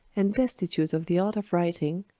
and destitute of the art of writing,